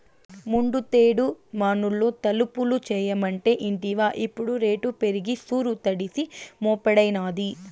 ముందుటేడు మనూళ్లో తలుపులు చేయమంటే ఇంటివా ఇప్పుడు రేటు పెరిగి సూరు తడిసి మోపెడైనాది